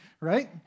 right